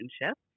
relationship